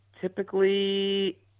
Typically